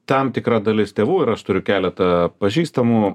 tam tikra dalis tėvų ir aš turiu keletą pažįstamų